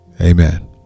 Amen